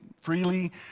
freely